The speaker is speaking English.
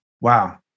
Wow